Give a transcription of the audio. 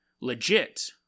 legit